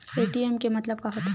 ATM के मतलब का होथे?